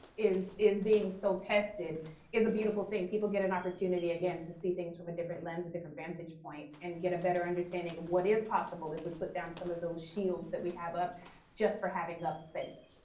is is being so tested is a beautiful thing. people get an opportunity again to see things from a different lens. a different vantage point. and get a better understanding of what is possible if we put down some of those shields that we have up just for having up's sake.